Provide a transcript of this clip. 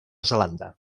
zelanda